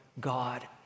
God